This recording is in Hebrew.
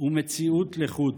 ומציאות לחוד: